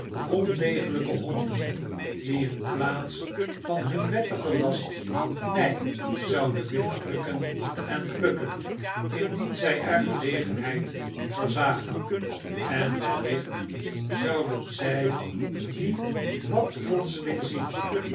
vrijondegelgke honden die in plaats van hun wettigen last my zouden willen rukken en plukken indien z j er gelegenheid voor zagen en wellicht zouden zij die wat plotseling zien